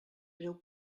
breu